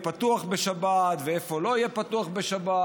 פתוח בשבת ואיפה לא יהיה פתוח בשבת,